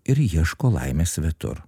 ir ieško laimės svetur